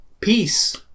Peace